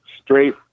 straight